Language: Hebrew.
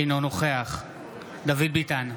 אינו נוכח דוד ביטן,